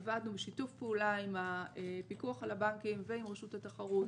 עבדנו בשיתוף פעולה עם הפיקוח על הבנקים ועם רשות התחרות.